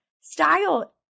style